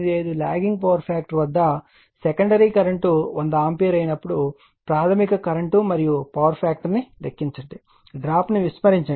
85 lagging power factor వద్ద secondary current 100 ampere అయినప్పుడు ప్రాథమిక కరెంట్ మరియు పవర్ ఫాక్టర్ ను లెక్కించండి డ్రాప్ను విస్మరించండి